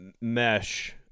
mesh